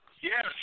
Yes